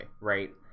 right